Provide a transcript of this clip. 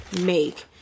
make